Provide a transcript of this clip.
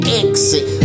exit